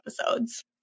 episodes